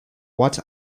what